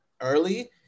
early